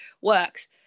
works